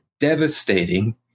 devastating